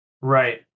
right